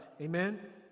Amen